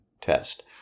test